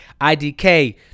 IDK